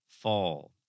fall